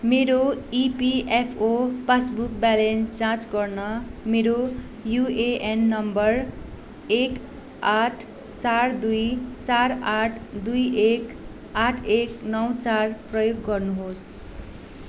मेरो EPFO passbook balance जाँच गर्न मेरो युएएन नम्बर एक आठ चार दुई चार आठ दुई एक आठ एक नौ चार प्रयोग गर्नुहोस्